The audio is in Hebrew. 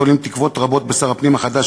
תולים תקוות רבות בשר הפנים החדש,